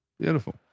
Beautiful